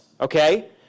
Okay